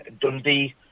Dundee